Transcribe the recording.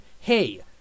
hey